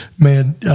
Man